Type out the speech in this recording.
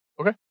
Okay